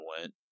went